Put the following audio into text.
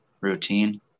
routine